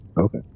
Okay